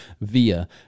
via